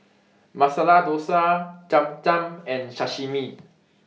Masala Dosa Cham Cham and Sashimi